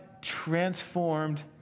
transformed